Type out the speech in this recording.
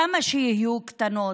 כמה שיהיו קטנות,